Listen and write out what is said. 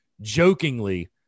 jokingly